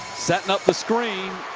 setting up the screen.